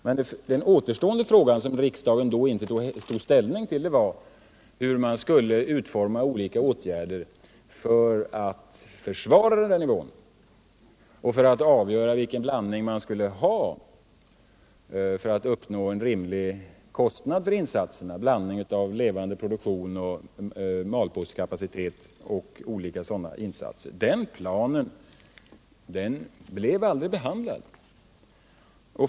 Men den återstående frågan, som riksdagen inte tog ställning till, var hur man skulle utforma olika åtgärder för att kunna försvara den nivån och avgöra vilken blandning av levande produktion, malpåsekapacitet och andra insatser man skulle ha till en rimlig kostnad för insatserna. Den planen blev dock aldrig behandlad.